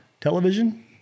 television